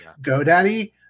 GoDaddy